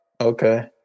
Okay